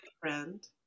friend